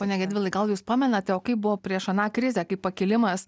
pone gedvilai gal jūs pamenate o kaip buvo prieš aną krizę kai pakilimas